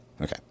Okay